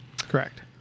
Correct